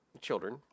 children